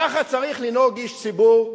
ככה צריך לנהוג איש ציבור,